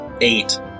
eight